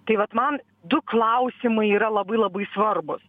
tai vat man du klausimai yra labai labai svarbūs